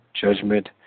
Judgment